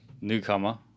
Newcomer